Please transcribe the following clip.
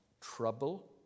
trouble